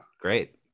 great